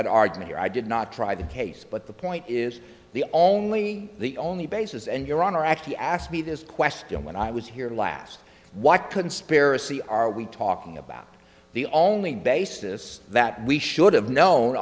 that argument i did not try the case but the point is the only the only basis and your honor actually asked me this question when i was here last what conspiracy are we talking about the only basis that we should have known